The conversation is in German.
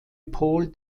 paul